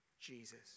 Jesus